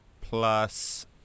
plus